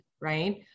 right